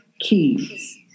keys